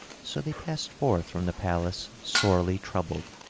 so they passed forth from the palace sorely troubled.